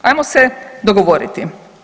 Hajmo se dogovoriti.